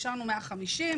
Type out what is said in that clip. אישרנו 150,